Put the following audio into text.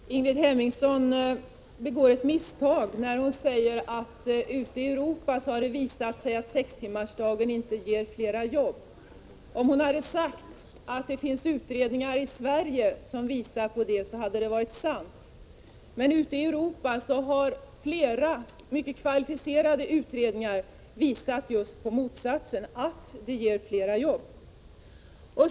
Herr talman! Ingrid Hemmingsson gjorde ett misstag när hon sade att det ute i Europa har visat sig att sex timmars arbetsdag inte ger flera jobb. Hade hon sagt att det finns utredningar i Sverige som visar detta, hade det varit sant. Men ute i Europa har flera mycket kvalificerade utredningar visat just motsatsen, nämligen att det ger fler jobb.